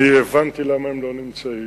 והבנתי למה הם לא נמצאים.